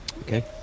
Okay